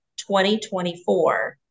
2024